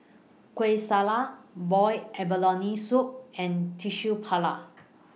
Kueh Syara boiled abalone Soup and Tissue